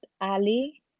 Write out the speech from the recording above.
Ali